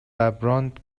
ﺑﺒﺮﺍﻥ